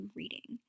reading